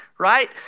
right